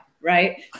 right